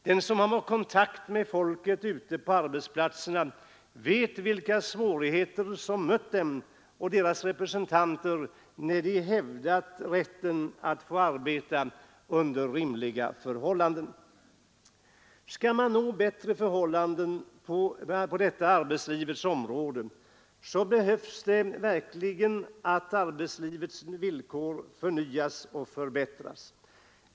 Den som har kontakt med människorna ute på arbetsplatserna vet vilka svårigheter som mött dem och deras representanter, när de hävdat rätten att få arbeta under rimliga förhållanden. Skall man uppnå bättre förhållanden på detta område, behövs det verkligen att arbetslivets villkor förnyas och förbättras.